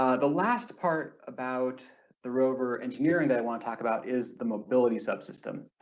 ah the last part about the rover engineering that i want to talk about is the mobility subsystem,